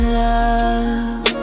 love